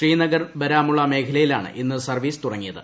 ശ്രീനഗർ ബാരാമുള്ള മേഖലയിലാണ് ഇന്ന് സർവ്വീസ് തുടങ്ങിയത്